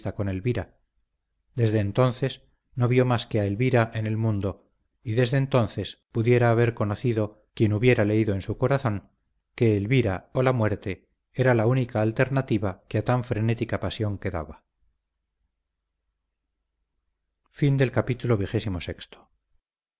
con elvira desde entonces no vio más que a elvira en el mundo y desde entonces pudiera haber conocido quien hubiera leído en su corazón que elvira o la muerte era la única alternativa que a tan frenética pasión quedaba